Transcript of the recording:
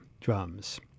drums